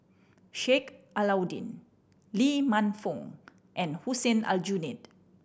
Sheik Alau'ddin Lee Man Fong and Hussein Aljunied